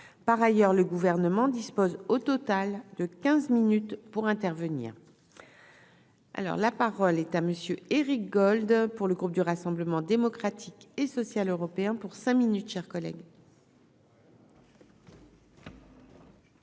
par ailleurs le gouvernement dispose au total de quinze minutes pour intervenir, alors la parole est à monsieur Éric Gold, hein, pour le groupe du Rassemblement démocratique et social européen pour cinq minutes chers collègues.